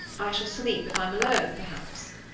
i shall sleep if i'm alone, perhaps.